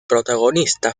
protagonista